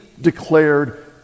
declared